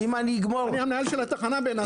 אני המנהל של התחנה בנתניה.